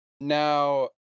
Now